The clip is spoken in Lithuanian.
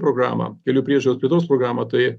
programą kelių priežiūros plėtros programą tai